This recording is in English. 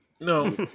No